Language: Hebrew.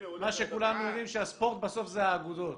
מה שכולנו יודעים, שהספורט בסוף זה האגודות.